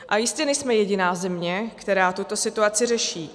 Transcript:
A jistě nejsme jediná země, která tuto situaci řeší.